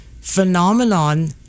phenomenon